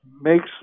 makes